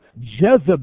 Jezebel